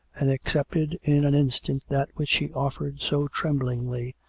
and accepted in an instant that which she offered so tremblingly.